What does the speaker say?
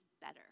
better